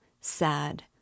sad